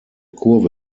kurve